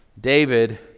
David